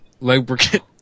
lubricant